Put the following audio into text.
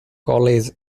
college